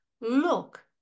look